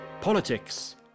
politics